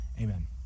amen